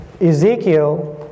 Ezekiel